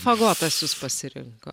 fagotas jus pasirinko